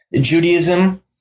Judaism